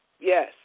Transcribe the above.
Yes